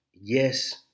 yes